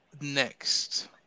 next